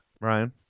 Ryan